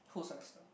whole semester